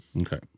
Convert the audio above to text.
Okay